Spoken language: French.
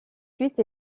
suite